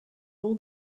all